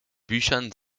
büchern